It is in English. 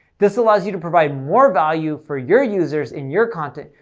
this allows you to provide more value for your users in your content,